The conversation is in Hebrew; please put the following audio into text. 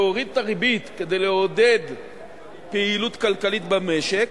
להוריד את הריבית כדי לעודד פעילות כלכלית במשק.